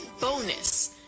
bonus